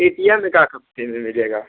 ए T M एकाध हफ़्ते में मिल जाएगा